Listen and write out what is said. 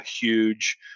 huge